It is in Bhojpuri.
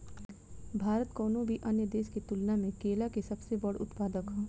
भारत कउनों भी अन्य देश के तुलना में केला के सबसे बड़ उत्पादक ह